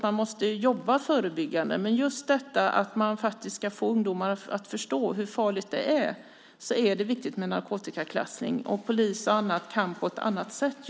Man måste jobba förebyggande, men det är viktigt med narkotikaklassning för att få ungdomar att förstå hur farligt det är. Och polis och andra kan jobba med narkotikaklassade varor på ett annat sätt.